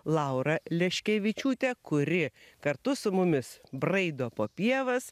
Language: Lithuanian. laura leškevičiūte kuri kartu su mumis braido po pievas